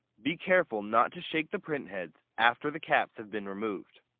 be careful not to shake the print heads after the caps have been removed.